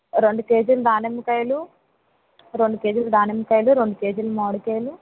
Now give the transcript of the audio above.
రెండు కేజీలు దానిమ్మకాయిలు రెండు కేజీలు దానిమ్మకాయిలు రెండు కేజీలు మావిడి కాయిలు